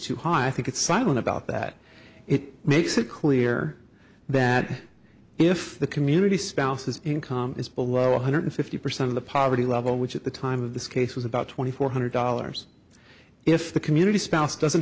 too high i think it silent about that it makes it clear that if the community spouse's income is below one hundred fifty percent of the poverty level which at the time of this case was about twenty four hundred dollars if the community spouse doesn't